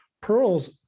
pearls